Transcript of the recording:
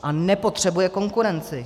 A nepotřebuje konkurenci.